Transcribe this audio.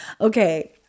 Okay